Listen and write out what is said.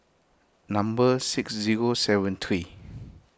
number six zero seven three